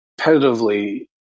repetitively